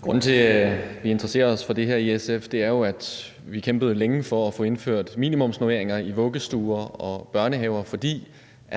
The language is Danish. Grunden til, at vi interesserer os for det her i SF, er, at vi jo kæmpede længe for at få indført minimumsnormeringer i vuggestuer og børnehaver, fordi